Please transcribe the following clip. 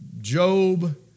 Job